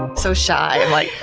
so shy, i'm like,